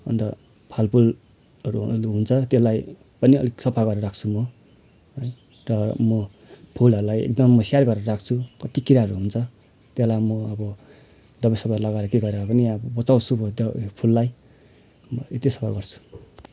अन्त फल फुलहरू हुन त हुन्छ त्यसलाई पनि अलिक सफा गरेर राख्छु म अन्त म फुलहरूलाई एकदम म स्याहार गरेर राख्छु कत्ति किराहरू हुन्छ त्यसलाई म अब दबाई सबाई लगाएर के गरेर भए पनि अब बचाउँछु भयो त्यो फुललाई म यति सफा गर्छु